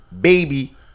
baby